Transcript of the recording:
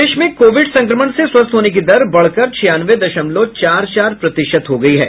प्रदेश में कोविड संक्रमण से स्वस्थ होने की दर बढ़कर छियानवे दशमलव चार चार प्रतिशत हो गया है